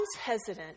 hesitant